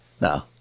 No